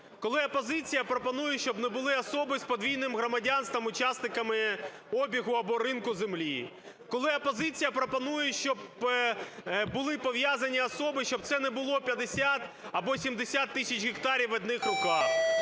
коли опозиція пропонує, щоб не були особи з подвійним громадянством учасниками обігу або ринку землі, коли опозиція пропонує, щоб були пов'язані особи, щоб це не було 50 або 70 тисяч гектарів в одних руках,